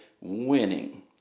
winning